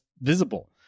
visible